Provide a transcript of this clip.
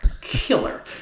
killer